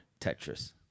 Tetris